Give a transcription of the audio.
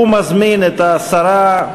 ומזמין את השרה,